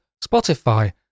Spotify